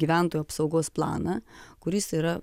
gyventojų apsaugos planą kuris yra